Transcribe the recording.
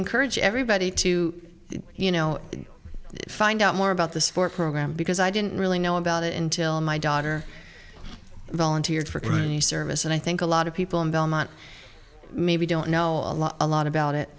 encourage everybody to you know find out more about the sport program because i didn't really know about it until my daughter volunteered for service and i think a lot of people in belmont maybe don't know a lot a lot about it